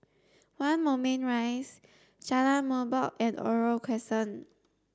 One Moulmein Rise Jalan Merbok and Oriole Crescent